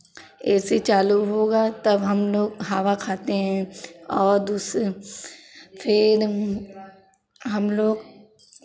ए C चालू होगा तब हम लोग हवा खाते हैं और दूसरे फिर हम लोग